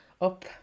up